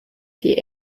die